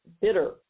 bitter